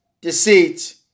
deceit